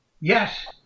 Yes